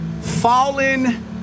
fallen